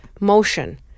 motion